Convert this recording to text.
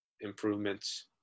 improvements